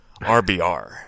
RBR